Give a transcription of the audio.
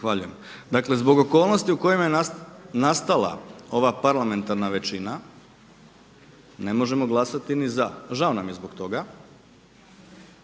Hvala.